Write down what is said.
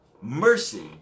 mercy